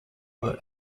were